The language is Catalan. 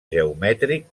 geomètric